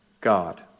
God